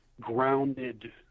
grounded